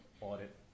audit